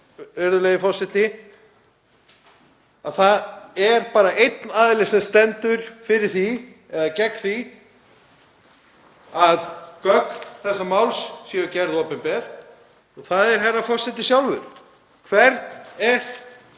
virðulegi forseti, að það er bara einn aðili sem stendur gegn því að gögn þessa máls séu gerð opinber og það er herra forseti sjálfur. Hvern er